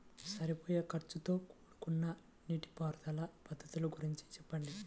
సరిపోయే ఖర్చుతో కూడుకున్న నీటిపారుదల పద్ధతుల గురించి చెప్పండి?